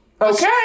Okay